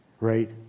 right